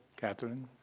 kathryn.